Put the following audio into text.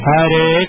Hare